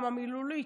גם המילולית,